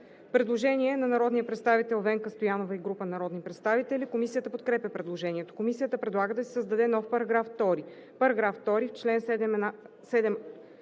Предложение на народния представител Венка Стоянова и група народни представители. Комисията подкрепя предложението. Комисията предлага да се създаде нов § 2: „§ 2.